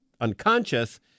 unconscious